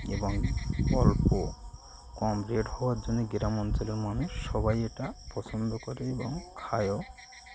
এবং অল্প কম রেট হওয়ার জন্যে গ্রাম অঞ্চলের মানুষ সবাই এটা পছন্দ করে এবং খায়ও